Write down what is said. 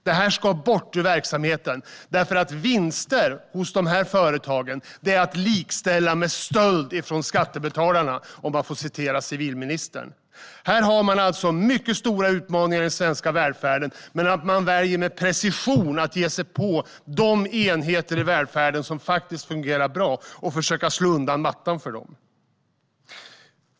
Det här ska bort ur verksamheten eftersom vinster hos de här företagen är att likställa med stöld från skattebetalarna, om man får citera civilministern. Det finns alltså mycket stora utmaningar i den svenska välfärden, men man väljer att med precision ge sig på de enheter i välfärden som faktiskt fungerar bra och försöka dra undan mattan för dem.